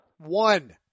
One